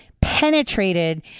penetrated